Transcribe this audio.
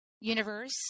universe